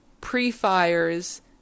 pre-fires